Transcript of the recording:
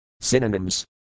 Synonyms